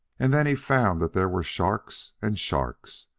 and then he found that there were sharks and sharks.